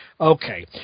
Okay